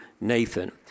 Nathan